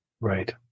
Right